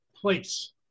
place